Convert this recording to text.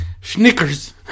Snickers